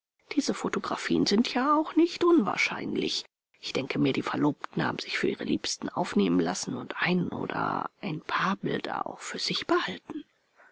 diese fotografien sind ja auch nicht unwahrscheinlich ich denke mir die verliebten haben sich für ihre liebsten aufnehmen lassen und ein oder ein paar bilder auch für sich behalten